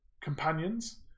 companions